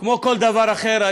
כמו כל דבר אחר,